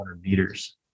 meters